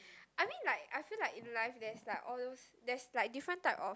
I mean like I feel like in life there's like all those there's like different type of